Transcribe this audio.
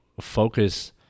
focus